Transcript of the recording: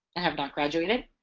i have not graduated